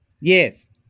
Yes